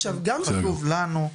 חשוב לנו,